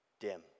dim